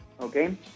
Okay